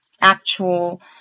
actual